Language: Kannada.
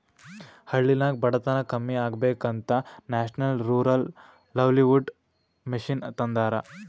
ಹಳ್ಳಿನಾಗ್ ಬಡತನ ಕಮ್ಮಿ ಆಗ್ಬೇಕ ಅಂತ ನ್ಯಾಷನಲ್ ರೂರಲ್ ಲೈವ್ಲಿಹುಡ್ ಮಿಷನ್ ತಂದಾರ